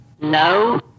No